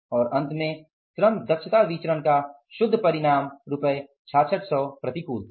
और अंत में श्रम दक्षता विचरण का शुद्ध परिणाम रुपये 6600 प्रतिकूल था